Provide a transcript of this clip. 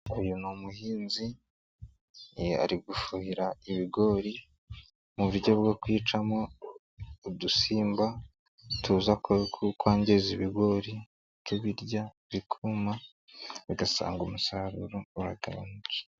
Uyu ni umuhinzi, ari gufuhira ibigori mu buryo bwo kwicamo udusimba tuza kwangiza ibigori tuibirya bikuma ugasanga umusaruro uragabanuke.